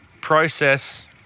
process